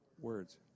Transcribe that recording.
Words